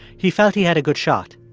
he felt he had a good shot.